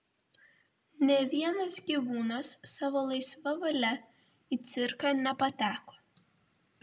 nė vienas gyvūnas savo laisva valia į cirką nepateko